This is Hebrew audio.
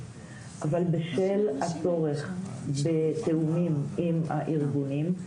אבל בשל הצורך בתיאומים עם הארגונים,